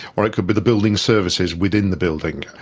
or it could be the building services within the building,